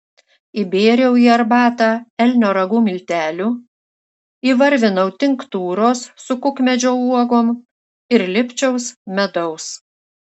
įbėriau į arbatą elnio ragų miltelių įvarvinau tinktūros su kukmedžio uogom ir lipčiaus medaus